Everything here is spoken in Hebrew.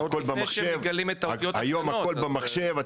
היום הכול במחשב,